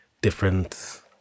different